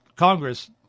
Congress